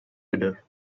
bidder